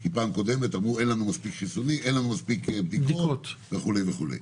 כי פעם קודמת אמרו: אין לנו מספיק בדיקות וכו' וכו'.